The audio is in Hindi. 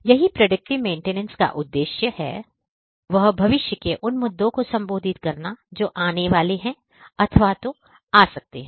यही प्रिडिक्टिव मेंटिनेस का उद्देश्य है वह भविष्य के उन मुद्दों को संबोधित करता है जो आने वाले हैं अथवा आ सकते हैं